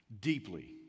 deeply